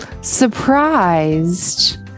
surprised